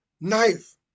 knife